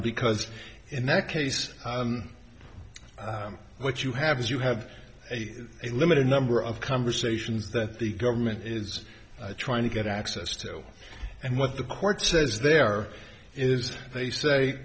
r because in that case what you have is you have a limited number of conversations that the government is trying to get access to and what the court says there is they say